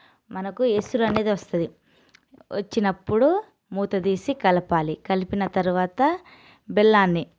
మనకు ఎసురనేది వస్తుంది వచ్చినప్పుడు మూత తీసి కలపాలి కలిపిన తర్వాత బెల్లాన్ని